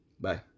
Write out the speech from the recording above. bye